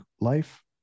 life